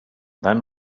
then